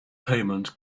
payment